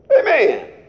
amen